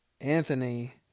Anthony